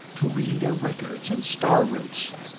to read their records and star routes.